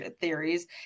theories